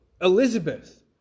Elizabeth